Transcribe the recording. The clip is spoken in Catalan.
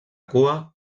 cua